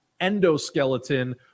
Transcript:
endoskeleton